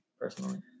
personally